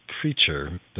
creature